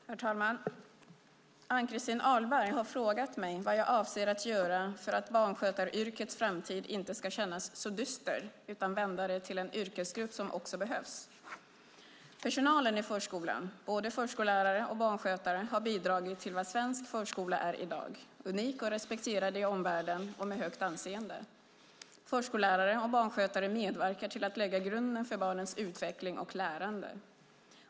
Herr talman! Ann-Christin Ahlberg har frågat mig vad jag avser att göra för att barnskötaryrkets framtid inte ska kännas så dyster utan vända det till att barnskötarna som yrkesgrupp också behövs. Personalen i förskolan, både förskollärare och barnskötare, har bidragit till vad svensk förskola är i dag - unik och respekterad i omvärlden och med högt anseende. Förskollärare och barnskötare medverkar till att lägga grunden för barnens utveckling och lärande.